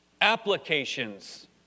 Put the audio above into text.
Applications